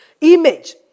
image